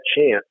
chance